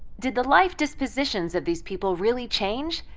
did the life dispositions of these people really change?